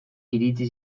iritsi